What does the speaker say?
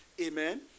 Amen